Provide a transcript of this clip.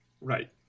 Right